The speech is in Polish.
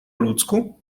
ludzku